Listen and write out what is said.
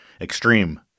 extreme